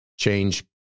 change